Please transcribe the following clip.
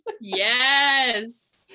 Yes